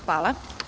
Hvala.